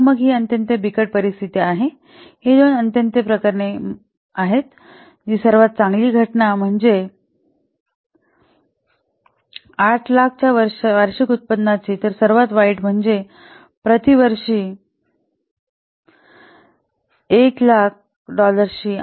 तर मग ही अत्यंत बिकट परिस्थिती आहे ही दोन अत्यंत प्रकरणे आहेत जी सर्वात चांगली घटना म्हणजे सुमारे 800000 च्या वार्षिक उत्पन्नाची तर सर्वात वाईट म्हणजे प्रति वर्ष 100000 डॉलर्सची